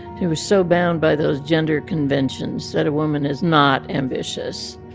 she was so bound by those gender conventions that a woman is not ambitious.